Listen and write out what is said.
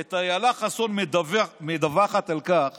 את אילה חסון מדווחת על כך